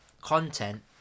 content